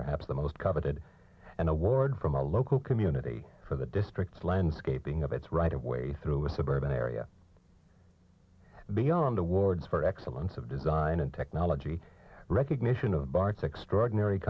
perhaps the most coveted an award from our local community for the district's landscaping of its right of way through a suburban area beyond awards for excellence of design and technology recognition of bart's extraordinary